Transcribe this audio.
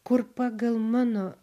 kur pagal mano